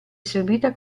servita